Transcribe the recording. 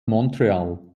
montreal